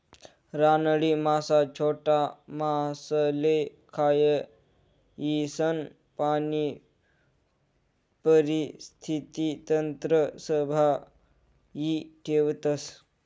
रानटी मासा छोटा मासासले खायीसन पाणी परिस्थिती तंत्र संभाई ठेवतस